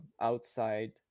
outside